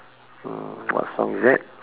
uh what song is that